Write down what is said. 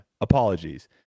apologies